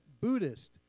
Buddhist